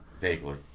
Vaguely